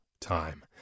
time